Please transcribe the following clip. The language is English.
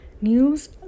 news